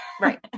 right